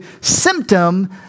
symptom